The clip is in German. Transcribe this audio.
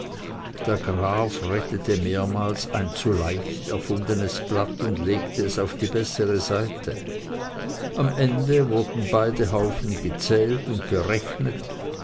der graf rettete mehrmals ein zu leicht erfundenes blatt und legte es auf die bessere seite am ende wurden beide haufen gezählt und berechnet